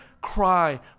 cry